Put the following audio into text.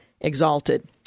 Exalted